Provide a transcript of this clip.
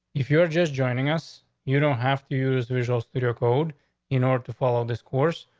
if you're just joining us, you don't have to use visual studio code in order to follow this course.